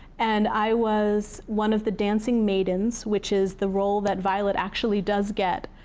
and i was one of the dancing maidens, which is the role that violet actually does get.